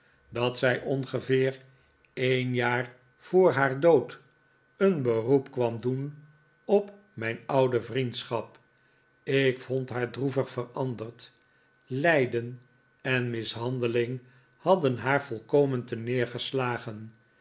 dat zij ongeveer een jaar voor haar dood een beroep kwam doen op mijn oude vriendschap ik vond haar droevig veranderd lijden en mishandeling hadden haar